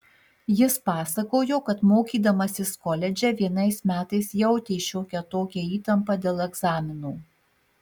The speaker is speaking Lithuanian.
jis pasakojo kad mokydamasis koledže vienais metais jautė šiokią tokią įtampą dėl egzaminų